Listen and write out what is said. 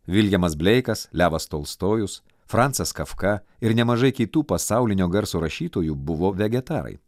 viljamas bleikas levas tolstojus francas kafka ir nemažai kitų pasaulinio garso rašytojų buvo vegetarai